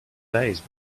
days